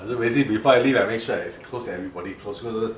that's why you see before I leave I make sure I close everybody close close close close